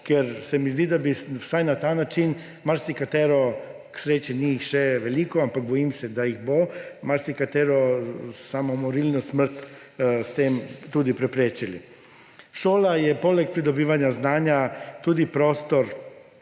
Ker se mi zdi, da bi vsaj na ta način marsikatero ‒ k sreči jih ni še veliko, ampak bojim se, da jih bo –, marsikatero samomorilno smrt s tem tudi preprečil. Šola je poleg pridobivanja znanja tudi prostor